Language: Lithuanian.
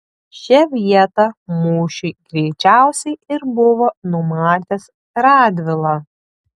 šią vietą mūšiui greičiausiai ir buvo numatęs radvila